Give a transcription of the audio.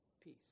Peace